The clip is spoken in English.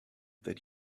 that